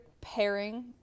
pairing